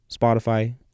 Spotify